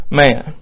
man